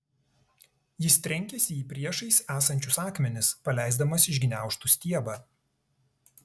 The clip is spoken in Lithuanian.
jis trenkėsi į priešais esančius akmenis paleisdamas iš gniaužtų stiebą